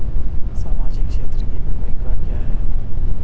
सामाजिक क्षेत्र की भूमिका क्या है?